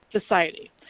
Society